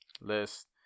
list